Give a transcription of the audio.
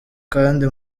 kandi